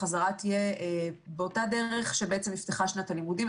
החזרה תהיה באותה דרך שבה בעצם נפתחה שנת הלימודים.